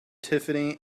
tiffany